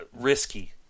risky